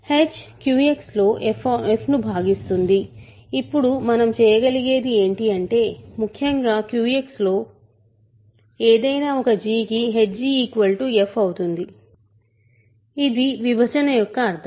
h QX లో f ను భాగిస్తుంది ఇప్పుడు మనం చేయగలిగేది ఏంటి అంటే ముఖ్యంగా QX లో ఏదైనా ఒక g కి hg f అవుతుంది ఇది విభజన యొక్క అర్థం